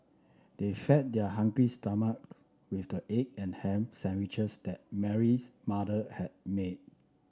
they fed their hungry stomachs with the egg and ham sandwiches that Mary's mother had made